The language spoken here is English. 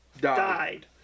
died